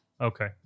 Okay